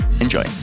Enjoy